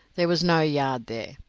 there was no yard there,